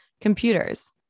computers